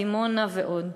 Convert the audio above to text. דימונה ועוד.